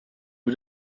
nur